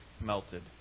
melted